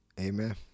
Amen